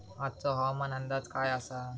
आजचो हवामान अंदाज काय आसा?